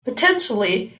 potentially